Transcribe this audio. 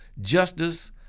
justice